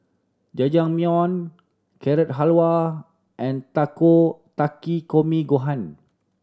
Jajangmyeon Carrot Halwa and Takikomi Gohan